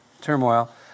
turmoil